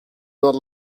not